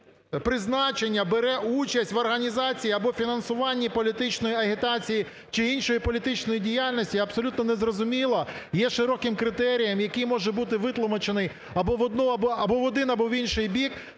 день призначення бере участь в організації або фінансуванні політичної агітації чи іншої політичної діяльності" – абсолютно не зрозуміло, є широким критерієм, який може бути витлумачений або в один, або в інший бік.